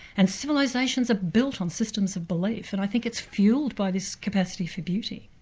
and civilisations are built on systems of belief, and i think it's fuelled by this capacity for beauty.